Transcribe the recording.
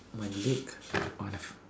my leg on the